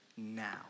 Now